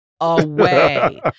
away